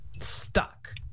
stuck